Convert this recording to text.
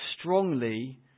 strongly